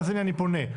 אז הנה, אני פונה.